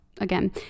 Again